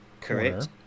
Correct